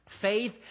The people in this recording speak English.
Faith